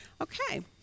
Okay